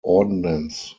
ordnance